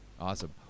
Awesome